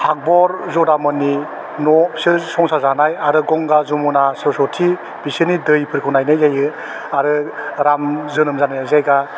आकबर जदामोननि न' बिसोर संसार जानाय आरो गंगा जमुना सरसति बिसोरनि दैफोरखौ नायनाय जायो आरो राम जोनोम जानाय जायगा